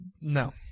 no